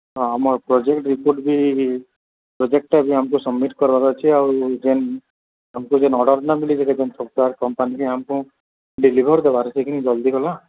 ହଁ ଆମର୍ project report ବି ପ୍ରୋଜେକ୍ଟ୍ଟା ବି ଆମ୍କୁ ସବ୍ମିଟ୍ କର୍ବାର୍ ଅଛେ ଆଉ ଯେନ୍ ଆମ୍କୁ ଯେନ୍ ଅର୍ଡ଼ର୍ ନାଏ ମିିଲିଛେ କେଁ ଯେନ୍ ସଫ୍ଟୱେର୍ କମ୍ପାନୀକେ ଆମ୍କୁ ଡେଲିଭର୍ ଦେବାର୍ ଅଛେକିନି ଜଲ୍ଦି ଗଲା